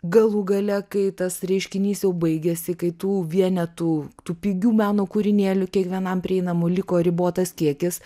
galų gale kai tas reiškinys jau baigėsi kai tų vienetų tų pigių meno kūrinėlių kiekvienam prieinamų liko ribotas kiekis